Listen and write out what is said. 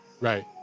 Right